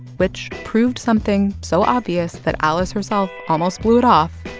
which proved something so obvious that alice herself almost blew it off,